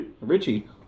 Richie